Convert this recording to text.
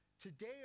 today